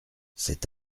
cet